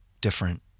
different